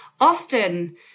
often